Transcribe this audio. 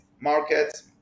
markets